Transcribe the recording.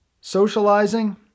Socializing